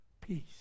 Peace